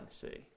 see